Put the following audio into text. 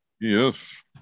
yes